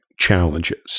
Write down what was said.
challenges